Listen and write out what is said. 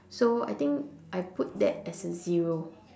so I think I put that as a zero